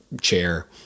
chair